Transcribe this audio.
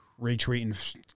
retweeting